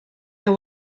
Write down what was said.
know